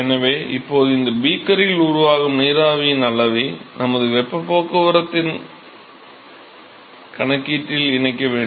எனவே இப்போது இந்த பீக்கரில் உருவாகும் நீராவியின் அளவை நமது வெப்பப் போக்குவரத்துக் கணக்கீட்டில் இணைக்க வேண்டும்